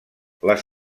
les